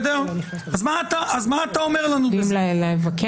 הם מסוגלים לבקר משהו?